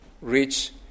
reach